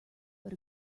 but